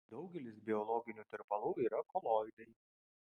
daugelis biologinių tirpalų yra koloidai